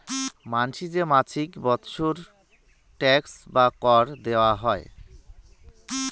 মানসি যে মাছিক বৎসর ট্যাক্স বা কর দেয়াং হই